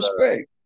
respect